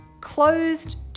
closed